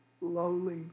lowly